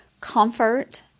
comfort